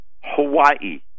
Hawaii